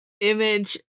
image